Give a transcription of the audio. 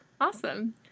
Awesome